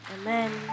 Amen